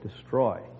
destroy